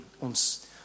uns